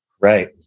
Right